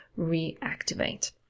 reactivate